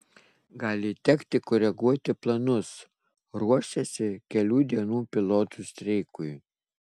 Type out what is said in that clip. gali tekti koreguoti planus ruošiasi kelių dienų pilotų streikui